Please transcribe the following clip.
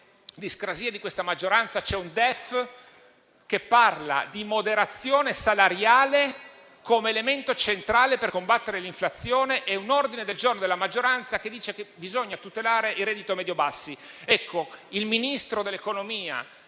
discrasie di questa maggioranza ci sono un DEF che parla di moderazione salariale come elemento centrale per combattere l'inflazione e un ordine del giorno della maggioranza che dice che bisogna tutelare i redditi medio-bassi. Ecco, il Ministro dell'economia